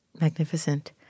Magnificent